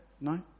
No